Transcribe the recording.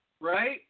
Right